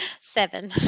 seven